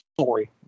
story